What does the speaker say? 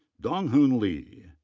dong hun lee.